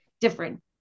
different